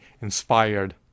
inspired